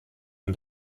den